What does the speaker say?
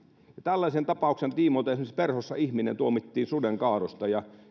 ja tällaisen tapauksen tiimoilta esimerkiksi perhossa ihminen tuomittiin suden kaadosta ja